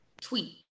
tweet